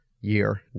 year